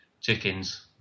chickens